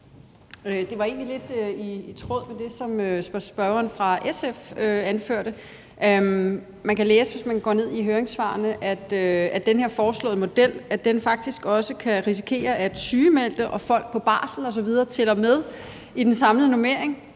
Det er egentlig lidt i tråd med det, som spørgeren fra SF anførte. Det kan læses i høringssvarene, at man med den her foreslåede model faktisk også kan risikere, at sygemeldte og folk på barsel osv. tæller med i den samlede normering,